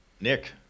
Nick